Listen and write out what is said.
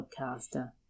podcaster